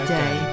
day